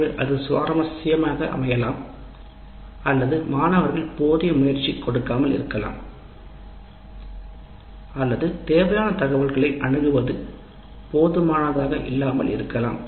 ஒன்று அது சுவாரஸ்யமாக அமையலாம் அல்லது மாணவர்கள் போதிய முயற்சி கொடுக்காமல் இருக்கலாம் அல்லது தேவையான தகவல்களை அணுகுவது போதுமானதாக இல்லாமல் இருக்கலாம்